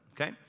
okay